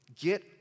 Get